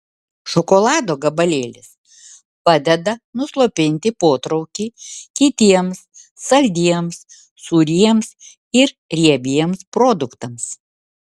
šokolado gabalėlis padeda nuslopinti potraukį kitiems saldiems sūriems ir riebiems produktams